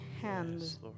hands